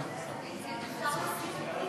אכיפה, מעצרים)